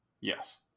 Yes